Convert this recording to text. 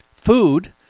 Food